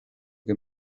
que